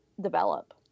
develop